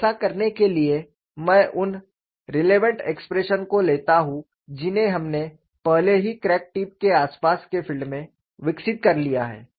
और ऐसा करने के लिए मैं उन रिलेवेंट एक्सप्रेशन को लेता हूं जिन्हें हमने पहले ही क्रैक टिप के आसपास के फील्ड में विकसित कर लिया है